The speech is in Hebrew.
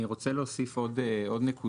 אני רוצה להוסיף עוד נקודה.